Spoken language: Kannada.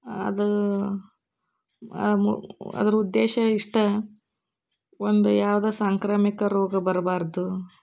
ಅದು ಅದ್ರ ಉದ್ದೇಶ ಇಷ್ಟೇ ಒಂದು ಯಾವುದೋ ಸಾಂಕ್ರಾಮಿಕ ರೋಗ ಬರಬಾರ್ದು